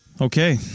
Okay